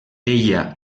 ella